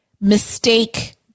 mistake